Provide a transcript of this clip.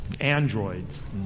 Androids